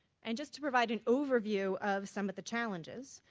and just to provide an overview of some of the challenges,